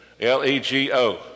L-E-G-O